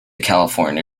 california